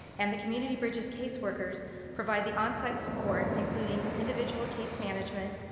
and the community bridges caseworkers provide the onsite support, including individual case management,